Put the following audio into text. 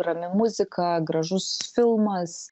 rami muzika gražus filmas